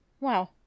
wow